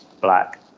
Black